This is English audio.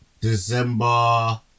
December